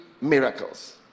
miracles